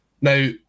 Now